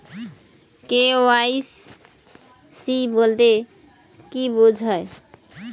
KYC বলতে কি বোঝায়?